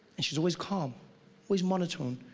and she's always calm always monotone.